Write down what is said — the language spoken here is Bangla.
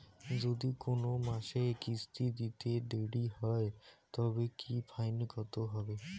যদি কোন মাসে কিস্তি দিতে দেরি হয় তবে কি ফাইন কতহবে?